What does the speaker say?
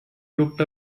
looked